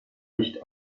nicht